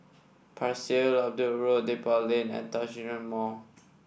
Pasir Laba Road Depot Lane and Djitsun Mall